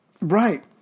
Right